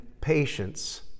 patience